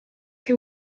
che